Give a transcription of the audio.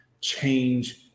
change